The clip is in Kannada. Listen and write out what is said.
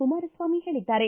ಕುಮಾರಸ್ವಾಮಿ ಹೇಳಿದ್ದಾರೆ